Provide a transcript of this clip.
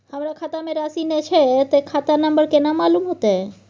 हमरा खाता में राशि ने छै ते खाता नंबर केना मालूम होते?